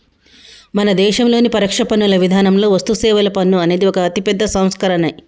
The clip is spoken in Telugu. మన దేశంలోని పరోక్ష పన్నుల విధానంలో వస్తుసేవల పన్ను అనేది ఒక అతిపెద్ద సంస్కరనే